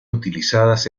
utilizadas